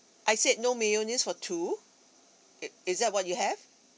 I said no mayonnaise for two it is that what you have